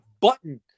button